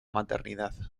maternidad